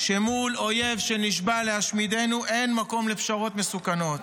שמול אויב שנשבע להשמידנו אין מקום לפשרות מסוכנות.